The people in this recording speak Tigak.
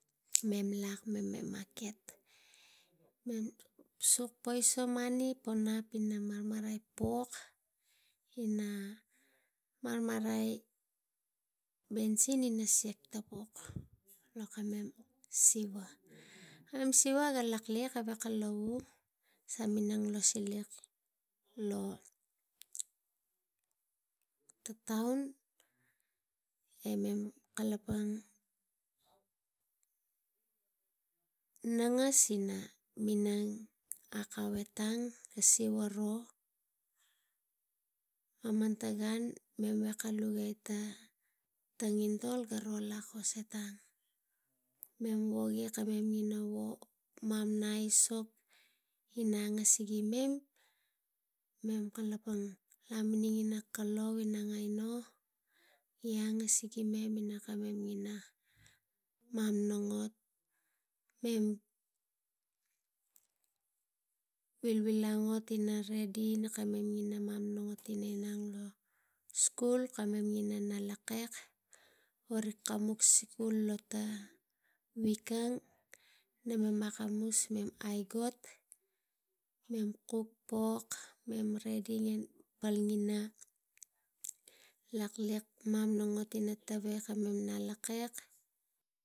Mem lak, mek suk peiso mani ka men ina marmarai pok ina marmarai bensin ina siak tapuk lo kamem siva. Kamem siva g laliak alang ur, kiak lo tang taun e mem nangas ina minang nou etang siva ro. Maman tang gan naga lugei ta ina tangitol lakos e tang mem wogi ina wog, mamang aisok ina a ngasigira mem kalapang vili na kalou i inang aino gi a ngasigimem ina wogi mamana wog mem vilvilaot ina redi ina ina mamana ot ina inang lo skul e ina na lakek wo rik kamus lo ta wik ang namem akamus aigot mem kuk pok, mem redim mem ina lakek ina mamana ot gavek e mem nalakek